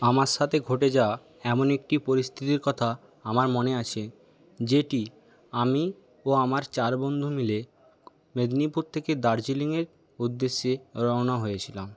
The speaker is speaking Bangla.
আমার সাথে ঘটে যাওয়া এমন একটি পরিস্থিতির কথা আমার মনে আছে যেটি আমি ও আমার চার বন্ধু মিলে মেদিনীপুর থেকে দার্জিলিংয়ের উদ্দেশ্যে রওনা হয়েছিলাম